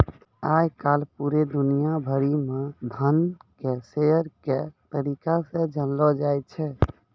आय काल पूरे दुनिया भरि म धन के शेयर के तरीका से जानलौ जाय छै